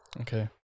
Okay